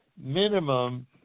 minimum